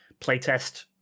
playtest